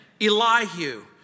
Elihu